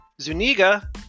Zuniga